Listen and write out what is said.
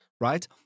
Right